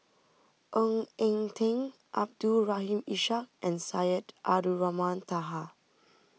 Ng Eng Teng Abdul Rahim Ishak and Syed Abdulrahman Taha